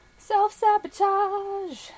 Self-sabotage